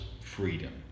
freedom